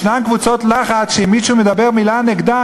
יש קבוצות לחץ שאם מישהו מדבר מילה נגדן,